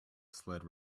sled